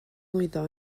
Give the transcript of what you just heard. lwyddo